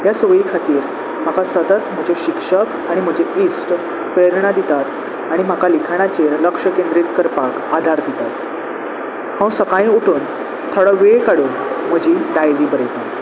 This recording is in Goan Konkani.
ह्या संवय खातीर म्हाका सतत म्हजें शिक्षक आनी म्हजी इश्ट प्रेरणा दितात आनी म्हाका लिखाणाचेर लक्ष केंद्रीत करपाक आदार दितात हांव सकाळी उठून थोडो वेळ काडून म्हजी डायरी बरयतां